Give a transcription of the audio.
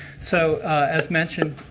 so as mentioned,